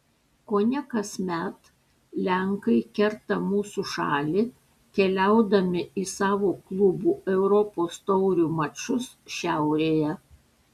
kone kasmet lenkai kerta mūsų šalį keliaudami į savo klubų europos taurių mačus šiaurėje